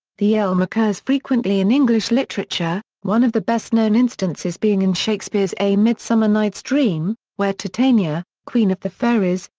the elm occurs frequently in english literature, one of the best known instances being in shakespeare's a midsummer night's dream, where titania, queen of the fairies,